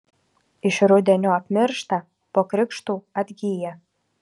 iš rudenio apmiršta po krikštų atgyja